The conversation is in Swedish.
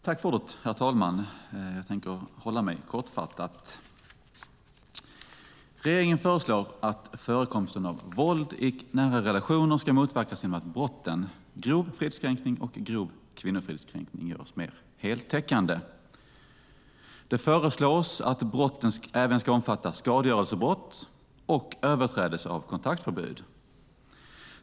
Herr talman! Jag tänker hålla mig kortfattad. Regeringen föreslår att förekomsten av våld i nära relationer ska motverkas genom att brotten grov fridskränkning och grov kvinnofridskränkning görs mer heltäckande. Det föreslås att brotten även ska omfatta skadegörelsebrott och överträdelse av kontaktförbud.